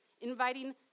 inviting